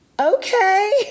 okay